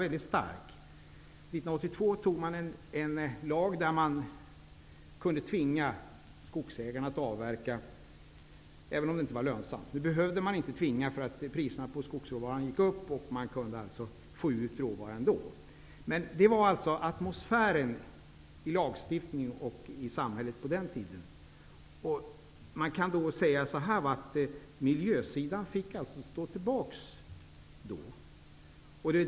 1982 antogs en lag med vilken man kunde tvinga skogsägarna att avverka även om det inte var lönsamt. Nu behövde man inte tvinga dem, eftersom priserna på skogsråvara gick upp. Man kunde alltså få ut råvara ändå. Men sådan var atmosfären i lagstiftningen och i samhället på den tiden. Man kan säga att miljösidan fick stå tillbaka.